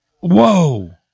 Whoa